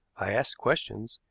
i asked questions,